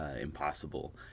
impossible